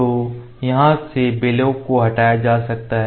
तो यहाँ से बेलोव को हटाया जा सकता है